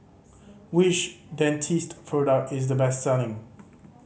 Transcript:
which Dentiste product is the best selling